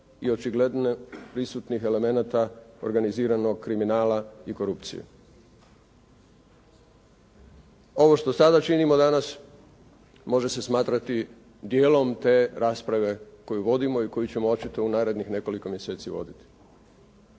i očigledno prisutnih elemenata organiziranog kriminala i korupcije. Ovo što sada činimo danas može se smatrati dijelom te rasprave koju vodimo i koju ćemo očito u narednih nekoliko mjeseci voditi.